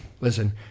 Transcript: Listen